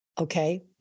Okay